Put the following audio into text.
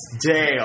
Dale